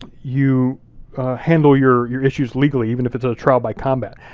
you handle your your issues legally, even if it's a trial by combat.